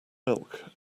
milk